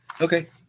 Okay